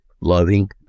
loving